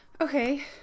Okay